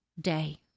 day